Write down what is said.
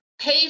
pay